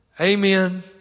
Amen